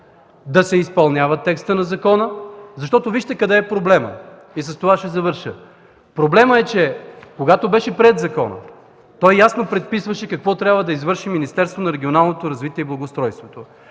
да се изпълнява текстът на закона, защото вижте къде е проблемът – и с това ще завърша. Проблемът е, че когато беше приет законът той ясно предписваше какво трябва да извърши Министерство на регионалното развитие и благоустройството